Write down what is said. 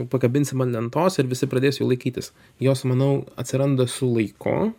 pakabinsim ant lentos ir visi pradės jų laikytis jos manau atsiranda su laiku